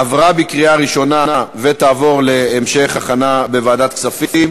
עברה בקריאה ראשונה ותעבור להמשך הכנה בוועדת הכספים.